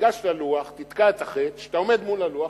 תיגש ללוח, תתקע את החץ כשאתה עומד מול הלוח